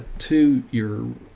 to your,